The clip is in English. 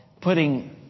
putting